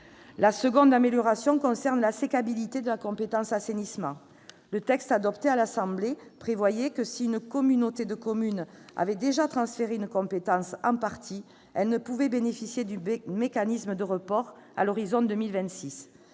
une amélioration, concerne la sécabilité de la compétence « assainissement ». Le texte adopté par l'Assemblée nationale prévoyait que si une communauté de communes avait déjà partiellement transféré une compétence, elle ne pouvait bénéficier du mécanisme de report à l'horizon 2026.